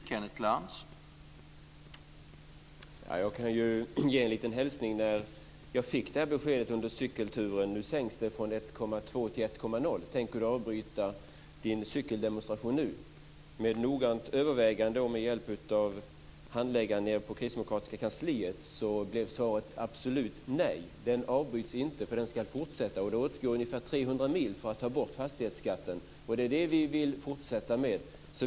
Herr talman! Under cykelturen fick jag beskedet att nu sänks det från 1,2 till 1,0, och frågan: Tänker du avbryta din cykeldemonstration nu? Efter noggrant övervägande och med hjälp av handläggaren på kristdemokratiska kansliet blev svaret absolut nej. Den avbryts inte, för den ska fortsätta. Det går åt ungefär 300 mil för att ta bort fastighetsskatten. Det är det vi vill fortsätta med.